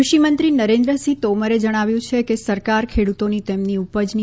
કૃષિમંત્રી નરેન્દ્રસિંહ તોમરે જણાવ્યું છે કે સરકાર ખેડુતોને તેમની ઉલ્લ જની